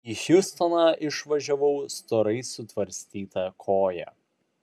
į hjustoną išvažiavau storai sutvarstyta koja